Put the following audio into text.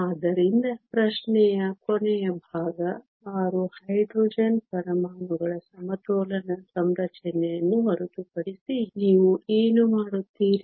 ಆದ್ದರಿಂದ ಪ್ರಶ್ನೆಯ ಕೊನೆಯ ಭಾಗ 6 ಹೈಡ್ರೋಜನ್ ಪರಮಾಣುಗಳ ಸಮತೋಲನ ಸಂರಚನೆಯನ್ನು ಹೊರತುಪಡಿಸಿ ನೀವು ಏನು ಮಾಡುತ್ತೀರಿ